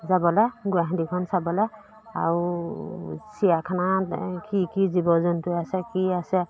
যাবলৈ গুৱাহাটীখন চাবলৈ আৰু চিৰিয়াখানা কি কি জীৱ জন্তু আছে কি আছে